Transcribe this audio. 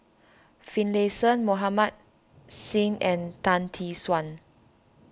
Finlayson Mohammed Singh and Tan Tee Suan